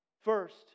first